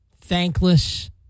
thankless